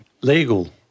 legal